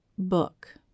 Book